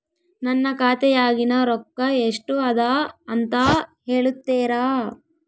ನನ್ನ ಖಾತೆಯಾಗಿನ ರೊಕ್ಕ ಎಷ್ಟು ಅದಾ ಅಂತಾ ಹೇಳುತ್ತೇರಾ?